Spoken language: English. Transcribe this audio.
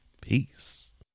Peace